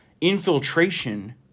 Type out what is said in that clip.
infiltration